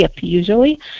usually